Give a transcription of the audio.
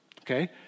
Okay